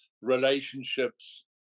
relationships